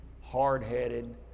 hard-headed